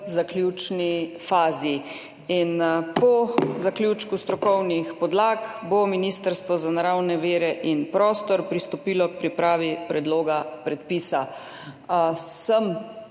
zaključni fazi in po zaključku strokovnih podlag bo Ministrstvo za naravne vire in prostor pristopilo k pripravi predloga predpisa.